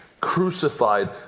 crucified